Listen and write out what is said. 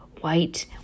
white